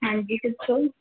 ਹਾਂਜੀ ਦੱਸੋ